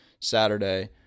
saturday